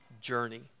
journey